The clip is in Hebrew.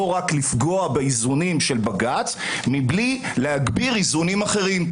רק לפגוע באיזונים של בג"ץ מבלי להגביר איזונים אחרים,